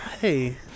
hey